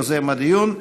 יוזם הדיון.